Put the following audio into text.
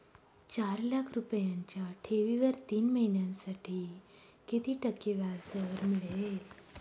चार लाख रुपयांच्या ठेवीवर तीन महिन्यांसाठी किती टक्के व्याजदर मिळेल?